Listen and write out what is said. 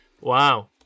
Wow